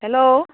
hello